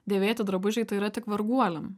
dėvėti drabužiai tai yra tik varguoliam